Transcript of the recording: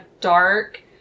dark